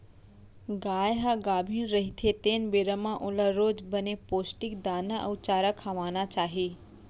गाय ह गाभिन रहिथे तेन बेरा म ओला रोज बने पोस्टिक दाना अउ चारा खवाना चाही